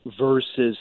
versus